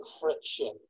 friction